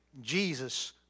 Jesus